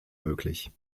möglich